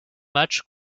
match